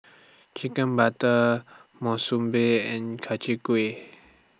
Chicken Butter Monsunabe and Gui